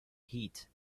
heat